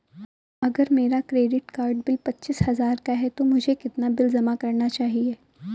अगर मेरा credit card bill पच्चीस हजार का है तो मुझे कितना बिल जमा करना चाहिए?